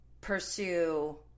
pursue